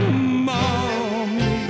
Mommy